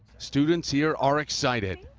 students here are excited.